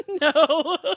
No